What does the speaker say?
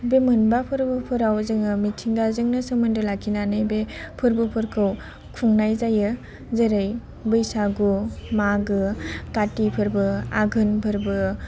बे मोनबा फोरबोफोराव जोङो मिथिंगाजोंनो सोमोन्दो लाखिनानै बे फोरबोफोरखौ खुंनाय जायो जेरै बैसागु मागो काति फोरबो आघोन फोरबो